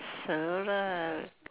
so lah